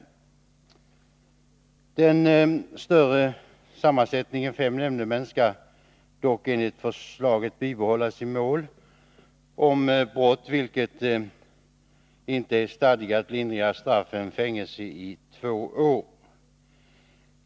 Den större sammansättningen — med fem nämndemän — skall dock enligt förslaget bibehållas i mål om brott för vilket det inte är stadgat lindrigare straff än fängelse i två år.